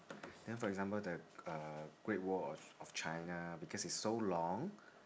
then for example the uh great wall of of china because it's so long